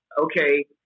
okay